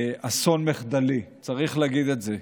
אסון מחדלי, צריך להגיד את זה,